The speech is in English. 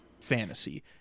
fantasy